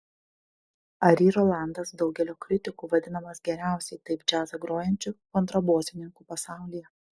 ari rolandas daugelio kritikų vadinamas geriausiai taip džiazą grojančiu kontrabosininku pasaulyje